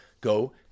Go